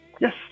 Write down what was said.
yes